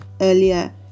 earlier